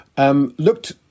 Looked